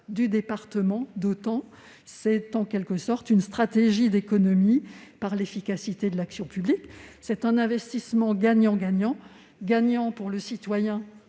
étant réduit d'autant. C'est en quelque sorte une stratégie d'économie par l'efficacité de l'action publique, un investissement gagnant-gagnant : gagnant pour le citoyen